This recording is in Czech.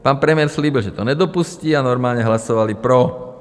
Pan premiér slíbil, že to nedopustí, a normálně hlasovali pro.